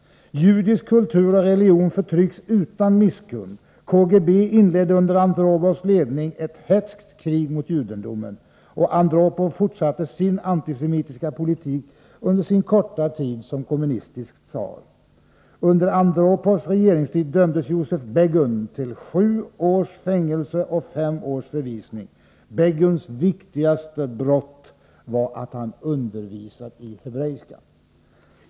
Judisk kultur och religion förtrycks utan misskund. KGB inledde under Andropovs ledning ett hätskt krig mot judendomen. Och Andropov fortsatte sin antisemitiska politik under sin korta tid som kommunistisk tsar. Under Andropovs regeringstid dömdes Josif Begun till sju års fängelse och fem års förvisning. Beguns viktigaste ”brott” var att han undervisat i hebreiska.